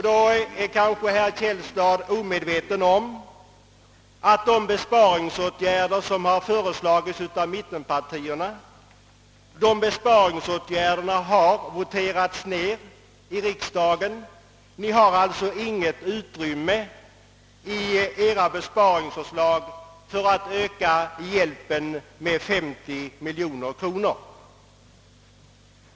Då är kanske herr Källstad omedveten om att de besparingsåtgärder som föreslagits av mittenpartierna voterats ned i riksdagen, och de har alltså inget utrymme för sina besparingsförslag för att öka hjälpen med 50 miljoner kronor.